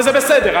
וזה בסדר,